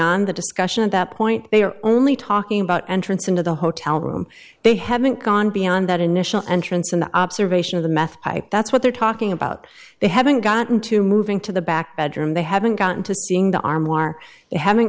on the discussion at that point they are only talking about entrance into the hotel room they haven't gone beyond that initial entrance and observation of the math that's what they're talking about they haven't gotten to moving to the back bedroom they haven't gotten to seeing the arm are hav